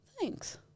Thanks